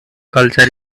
culture